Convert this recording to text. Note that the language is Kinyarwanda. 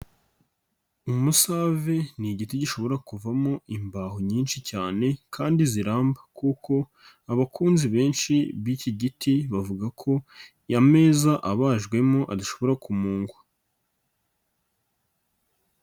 Umusave ni igiti gishobora kuvamo imbaho nyinshi cyane kandi ziramba kuko abakunzi benshi b'iki giti bavuga ko ameza abajwemo adashobora kumungwa.